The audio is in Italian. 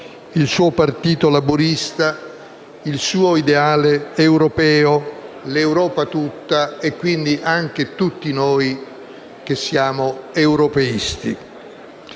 il suo partito laburista, il suo ideale europeo, l'Europa tutta e quindi anche tutti noi che siamo europeisti.